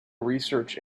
research